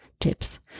tips